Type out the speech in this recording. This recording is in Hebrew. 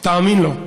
תאמין לו.